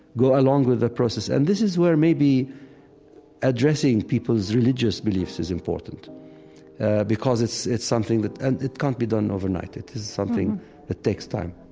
go along with the process, and this is where maybe addressing peoples' religious beliefs is important because it's it's something that and can't be done overnight. it is something that takes time